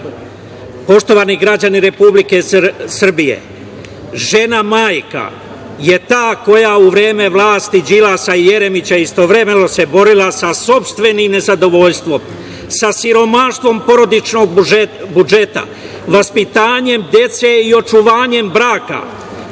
postojala. Poštovani građani Republike Srbije, žena, majka, je ta koja u vreme vlasti Đilasa i Jeremića, istovremeno se borila sa sopstvenim nezadovoljstvom, sa siromaštvom porodičnog budžeta, vaspitanjem dece i očuvanjem braka.